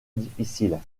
difficile